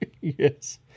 Yes